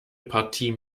partie